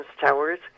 Towers